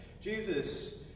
jesus